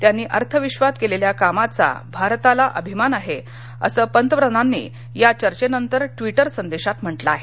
त्यांनी अर्थविश्वात केलेल्या कामाचा भारताला अभिमान आहे असं पतप्रधानांनी याचर्चेनंतर ट्विटर संदेशात म्हटलं आहे